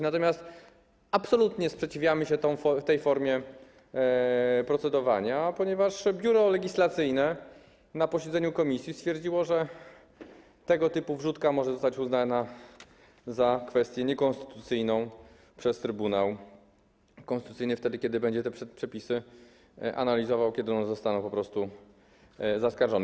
Natomiast absolutnie sprzeciwiamy się tej formie procedowania, ponieważ Biuro Legislacyjne na posiedzeniu komisji stwierdziło, że tego typu wrzutka może zostać uznana za niekonstytucyjną przez Trybunał Konstytucyjny, który będzie te przepisy analizował, kiedy one zostaną po prostu zaskarżone.